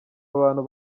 abantu